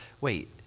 wait